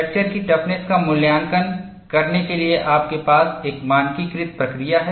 fracture की toughness का मूल्यांकन करने के लिए आपके पास एक मानकीकृत प्रक्रिया है